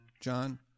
John